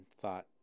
thought